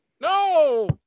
No